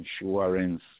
insurance